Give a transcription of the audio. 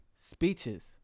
Speeches